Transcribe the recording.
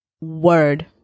word